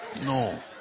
No